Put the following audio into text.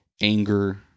anger